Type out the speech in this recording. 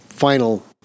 final